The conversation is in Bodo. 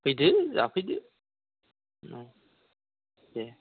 फैदो जाफैदो औ दे